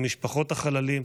עם משפחות החללים,